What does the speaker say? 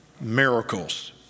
Miracles